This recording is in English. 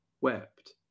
wept